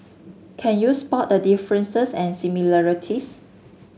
can you spot the differences and similarities